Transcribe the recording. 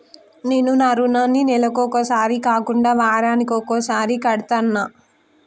నేను నా రుణాన్ని నెలకొకసారి కాకుండా వారానికోసారి కడ్తన్నా